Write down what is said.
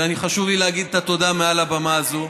וחשוב לי להגיד את התודה מעל הבמה הזאת,